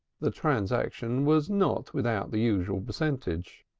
the transaction was not without the usual percentage.